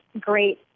great